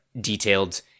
detailed